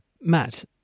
matt